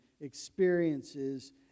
experiences